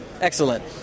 Excellent